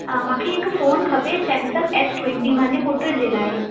मूंखे हिकु फोन खपे सैमसंग एस ट्वैंटी मुंहिंजे पुट जे लाइ